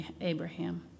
Abraham